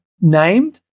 named